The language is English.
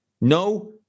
No